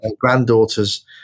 granddaughters